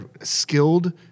skilled